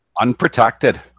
Unprotected